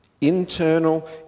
Internal